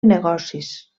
negocis